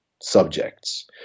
subjects